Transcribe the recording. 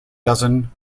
dozen